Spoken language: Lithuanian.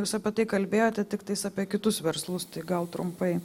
jūs apie tai kalbėjote tiktais apie kitus verslus tai gal trumpai